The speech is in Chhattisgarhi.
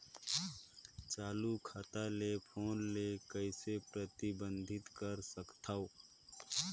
चालू खाता ले फोन ले कइसे प्रतिबंधित कर सकथव?